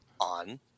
on